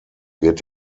wird